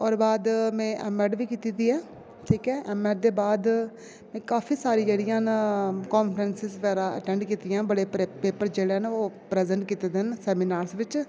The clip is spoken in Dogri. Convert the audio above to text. ओरे बाद में एम एड बी कीती दी ऐ ठीक एम एड दे बाद में काफी सारी जेह्ड़ियां न कॉफ्रेंसेज़ बगैरा अटेंड कीती दियां न बड़े पेपर जेह्ड़े न ओह् प्रजेंट कीते दे न सेमिनार बिच